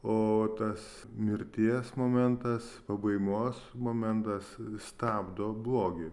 o tas mirties momentas pabaigos momentas stabdo blogį